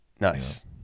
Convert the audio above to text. Nice